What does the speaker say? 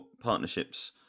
partnerships